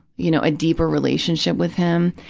you know, a deeper relationship with him.